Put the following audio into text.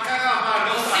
מה קרה, אנחנו לא טובים לכם?